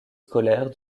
scolaires